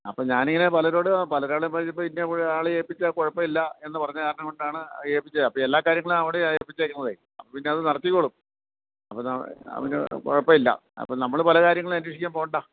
അപ്പോൾ ഞാനിങ്ങനെ പലരോടും പലരോടും ഇപ്പം ഇന്ന ആളെ ഏൽപ്പിച്ചാൽ കുഴപ്പം ഇല്ല എന്ന് പറഞ്ഞ കാരണം കൊണ്ടാണ് എൽപ്പിച്ചത് അപ്പോൾ എല്ലാ കാര്യങ്ങളും അവിടെയാ ഏൽപ്പിച്ചേക്കണതെ അപ്പോൾ പിന്നെ അത് നടത്തിക്കോളും അപ്പോൾ അതിന് കുഴപ്പം ഇല്ല അപ്പോൾ നമ്മൾ പല കാര്യങ്ങളും അന്വേഷിക്കാൻ പോവേണ്ട